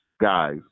guys